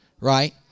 right